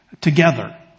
Together